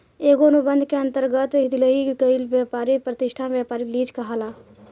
एगो अनुबंध के अंतरगत दिहल गईल ब्यपारी प्रतिष्ठान ब्यपारिक लीज कहलाला